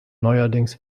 neuerdings